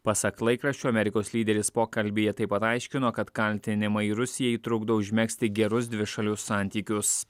pasak laikraščio amerikos lyderis pokalbyje taip pat aiškino kad kaltinimai rusijai trukdo užmegzti gerus dvišalius santykius